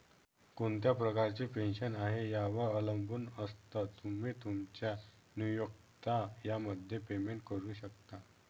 कोणत्या प्रकारची पेन्शन आहे, यावर अवलंबून असतं, तुम्ही, तुमचा नियोक्ता यामध्ये पेमेंट करू शकता